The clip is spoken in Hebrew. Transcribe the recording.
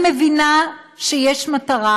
אני מבינה שיש מטרה,